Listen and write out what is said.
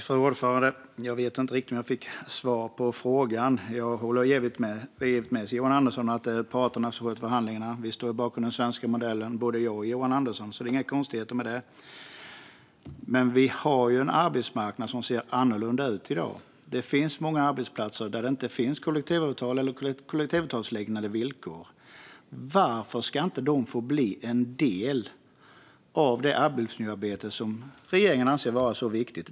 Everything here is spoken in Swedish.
Fru talman! Jag vet inte riktigt om jag fick svar på frågan. Jag håller givetvis med Johan Andersson om att det är parterna som sköter förhandlingarna. Vi står bakom den svenska modellen, både jag och Johan Andersson, så det är inga konstigheter med det. Men vi har en arbetsmarknad som ser annorlunda ut i dag. Det finns många arbetsplatser där det inte finns kollektivavtal eller kollektivavtalsliknande villkor. Varför ska inte de få bli en del av det arbetsmiljöarbete som regeringen anser vara så viktigt?